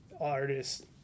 artist